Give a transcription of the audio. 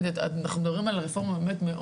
את ראית שזה בסוף פוגע באמת בבריאות.